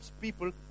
people